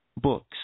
Books